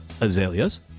azaleas